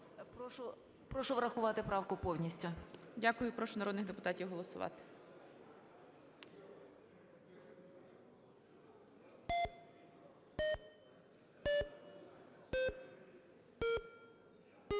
Прошу врахувати правку повністю. ГОЛОВУЮЧИЙ. Дякую. Прошу народних депутатів голосувати.